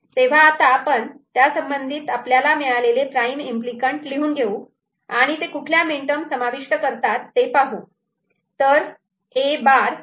तेव्हा आता आपण त्या संबंधित आपल्याला मिळालेले प्राईम इम्पली कँट लिहून घेऊ आणि ते कुठल्या मीन टर्म समाविष्ट करतात ते पाहू